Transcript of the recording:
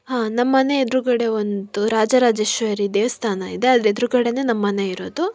ಹಾಂ ನಮ್ಮ ಮನೆ ಎದುರುಗಡೆ ಒಂದು ರಾಜರಾಜೇಶ್ವರಿ ದೇವಸ್ಥಾನ ಇದೆ ಅದ್ರ ಎದುರುಗಡೆನೇ ನಮ್ಮ ಮನೆ ಇರೋದು